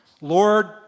Lord